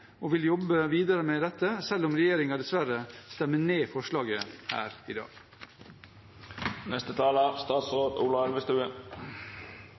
og vil jobbe videre med dette selv om regjeringspartiene dessverre stemmer ned forslaget her i